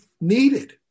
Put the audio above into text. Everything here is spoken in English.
needed